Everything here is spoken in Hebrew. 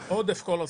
עודף כל הזמן.